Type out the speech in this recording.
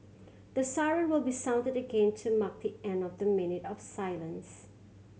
the siren will be sounded again to mark the end of the minute of silence